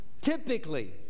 typically